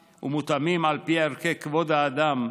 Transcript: ומותאמים, על פי ערכי כבוד האדם,